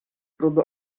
próby